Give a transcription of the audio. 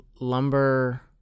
Lumber